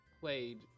played